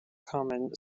common